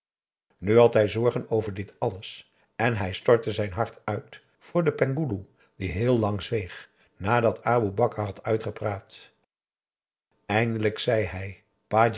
had hij zorgen over dit alles en hij stortte zijn hart uit voor den penghoeloe die heel lang zweeg nadat aboe bakar had uitgepraat eindelijk zei hij